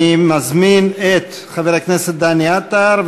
אני מזמין את חבר הכנסת דני עטר,